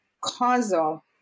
causal